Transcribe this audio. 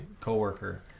coworker